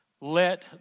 Let